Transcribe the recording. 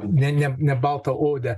ne ne ne baltaodę